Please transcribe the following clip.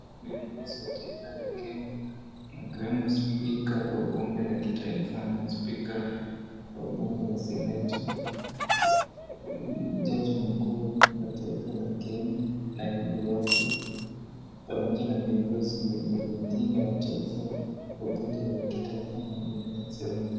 Viongozi wa taifa la Kenya ikiwemo spika wa bunge la kitaifa na spika wa bunge la Seneti, jaji mkuu wa taifa la Kenya, naibu wake pamoja na viongozi wengine wa taifa wa mbunge la taifa na bunge la Seneti.